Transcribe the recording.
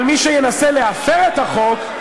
אבל מי שינסה להפר את החוק,